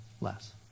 less